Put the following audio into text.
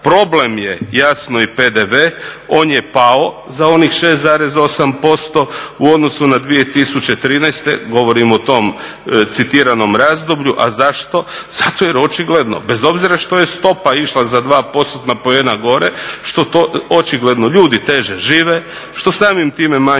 Problem je jasno i PDV. On je pao za onih 6,8% u odnosu na 2013. Govorim o tom citiranom razdoblju. A zašto? Zato jer očigledno bez obzira što je stopa išla za dva postotna poena gore, što to očigledno ljudi teže žive, što samim time manje troše,